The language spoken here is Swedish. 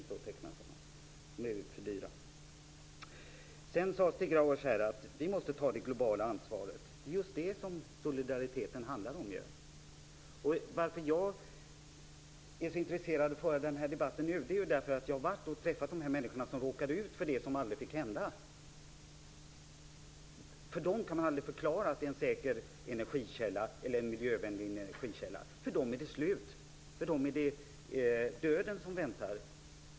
Sedan sade Stig Grauers att vi måste ta det globala ansvaret. Det är ju just det som solidariteten handlar om. Att jag är så intresserad av att föra den här debatten nu är därför att jag har varit och träffat de människor som råkade ut för det som aldrig fick hända. För dem kan man aldrig förklara att det är en säker och miljövänlig energikälla. För dem är det slut. För dem är det döden som väntar.